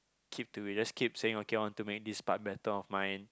keep to you just keep saying okay I want to make this but better of mine